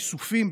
איסופים,